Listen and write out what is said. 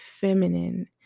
feminine